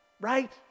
right